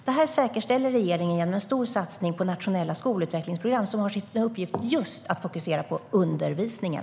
Det här säkerställer regeringen genom en stor satsning på nationella skolutvecklingsprogram som har som sin uppgift just att fokusera på undervisningen.